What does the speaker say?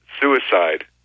suicide